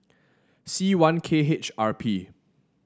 C one K H R P